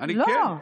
לא.